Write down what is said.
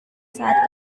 saat